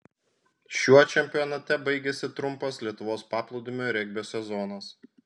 šiuo čempionate baigėsi trumpas lietuvos paplūdimio regbio sezonas